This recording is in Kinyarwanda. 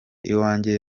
iwanjye